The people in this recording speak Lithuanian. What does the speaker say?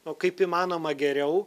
o kaip įmanoma geriau